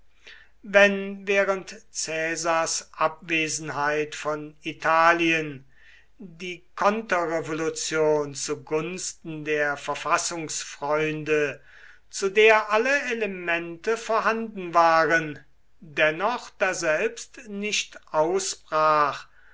wenn während caesars abwesenheit von italien die konterrevolution zu gunsten der verfassungsfreunde zu der alle elemente vorhanden waren dennoch daselbst nicht ausbrach